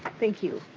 thank you.